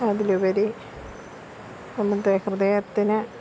അതിലുപരി നമ്മൻ്റെ ഹൃദയത്തിന്